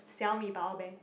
Xiaomi power bank